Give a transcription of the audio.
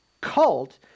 cult